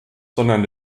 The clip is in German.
sondern